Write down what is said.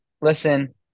Listen